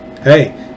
Hey